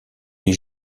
vit